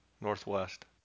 Northwest